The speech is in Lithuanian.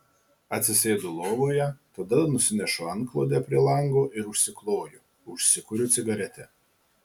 atsisėdu lovoje tada nusinešu antklodę prie lango ir užsikloju užsikuriu cigaretę